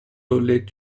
led